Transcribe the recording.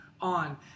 on